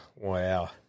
wow